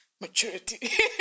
maturity